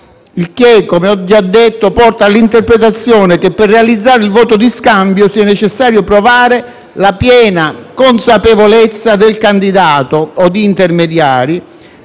il che - come ho già detto - porta all'interpretazione che per realizzare il voto di scambio sia necessario provare la piena consapevolezza del candidato o di intermediari